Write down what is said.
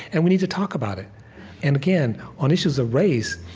and we need to talk about it and again, on issues of race,